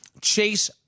Chase